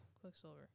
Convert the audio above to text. Quicksilver